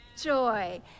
joy